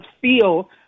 feel